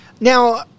Now